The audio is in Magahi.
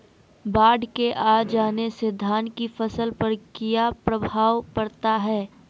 बाढ़ के आ जाने से धान की फसल पर किया प्रभाव पड़ता है?